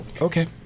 Okay